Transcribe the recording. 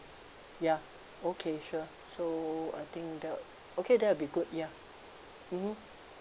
ya okay sure so I think that'll okay that'll be good ya mmhmm